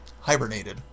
hibernated